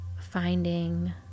finding